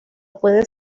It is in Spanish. pueden